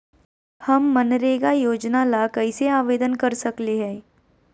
हम मनरेगा योजना ला कैसे आवेदन कर सकली हई?